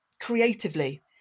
creatively